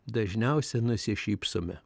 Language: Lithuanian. dažniausia nusišypsome